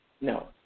No